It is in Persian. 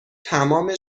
تمام